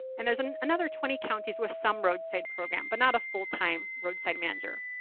and there's and another twenty counties with some roadside program but not a full-time roadside manager.